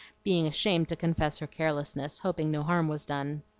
being ashamed to confess her carelessness, hoping no harm was done.